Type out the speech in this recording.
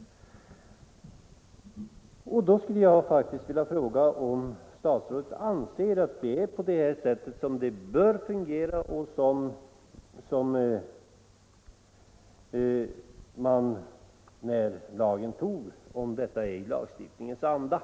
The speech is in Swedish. Då skulle jag vilja fråga om statsrådet anser att det är på detta sätt som det bör fungera och om detta är i lagstiftningens anda.